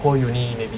whole university maybe